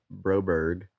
Broberg